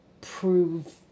prove